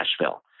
Nashville